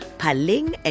paling